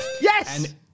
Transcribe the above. Yes